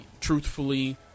truthfully